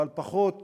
אבל פחות